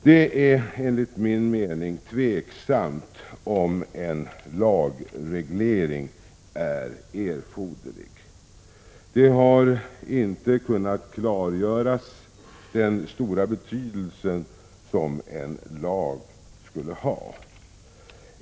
Däremot är det enligt min mening tveksamt om en lagreglering är erforderlig. Den stora betydelse som en lag skulle ha har inte kunnat klargöras.